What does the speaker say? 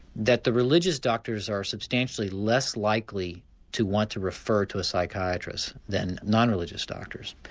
that the religious doctors are substantially less likely to want to refer to a psychiatrist than non-religious doctors.